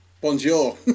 Bonjour